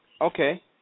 Okay